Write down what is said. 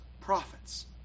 prophets